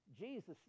Jesus